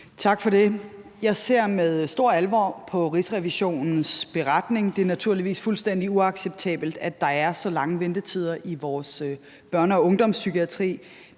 Tak for det. Jeg ser med stor alvor på Rigsrevisionens beretning. Det er naturligvis fuldstændig uacceptabelt, at der er så lange ventetider i vores børne- og ungdomspsykiatri.